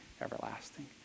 everlasting